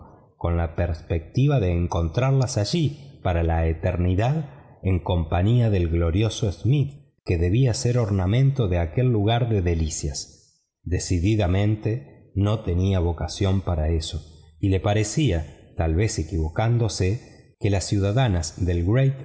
con la perspectiva de encontrarlas allí para la eternidad en compañía del glorioso smith que debía ser ornamento de aquel lugar de delicias decididamente no tenía vocación para eso y le parecía tal vez equivocándose que las ciudadanas de